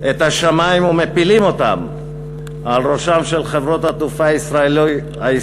את השמים ומפילים אותם על ראשן של חברות התעופה הישראליות,